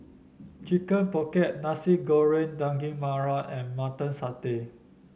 Chicken Pocket Nasi Goreng Daging Merah and Mutton Satay